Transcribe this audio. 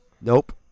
Nope